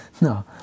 No